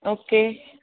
okay